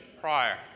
prior